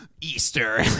Easter